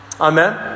Amen